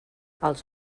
els